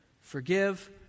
forgive